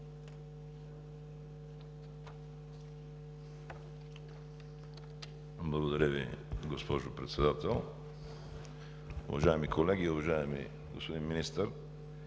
Благодаря Ви, госпожо Председател. Уважаеми колеги! Уважаеми господин Министър,